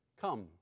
Come